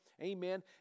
Amen